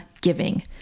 giving